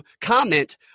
comment